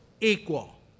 equal